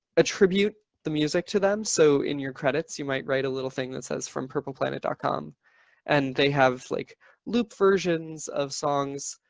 attribute the music to them. so in your credits, you might write a little thing that says from purple-planet ah com and they have like loop versions of songs,